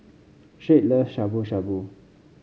Shade loves Shabu Shabu